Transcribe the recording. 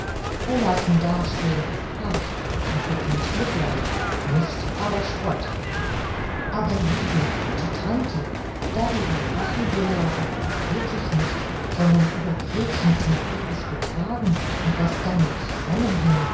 verlassen dastehen ist hart und verdient mitleid nicht aber spott aber liebe gute tante darüber lachen wir ja doch auch wirklich nicht sondern über gretchens naives betragen und was damit zusammenhing